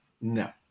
no